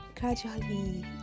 gradually